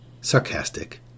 sarcastic